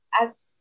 as-